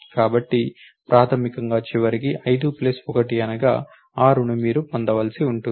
కాబట్టి ప్రాథమికంగా చివరకు 5 ప్లస్ 1 అనగా 6 ను మీరు పొందవలసి ఉంటుంది